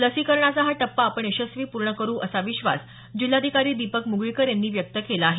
लसीकरणाचा हा टप्पा आपण यशस्वी पूर्ण करु असा विश्वास जिल्हाधिकारी दिपक मुगळीकर यांनी व्यक्त केला आहे